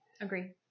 Agree